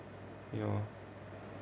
you know